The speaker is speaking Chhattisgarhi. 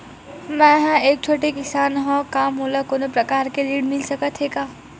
मै ह एक छोटे किसान हंव का मोला कोनो प्रकार के ऋण मिल सकत हे का?